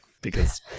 because-